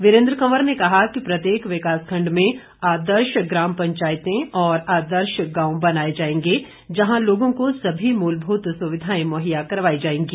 वीरेंद्र कंवर ने कहा कि प्रत्येक विकास खंड में आदर्श ग्राम पंचायतें और आदर्श गांव बनाए जाएंगे जहां लोगों को सभी मूलभूत सुविधाएं मुहैया करवाई जाएंगी